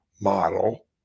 model